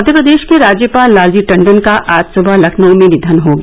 मध्य प्रदेश के राज्यपाल लालजी टंडन का आज सुबह लखनऊ में निधन हो गया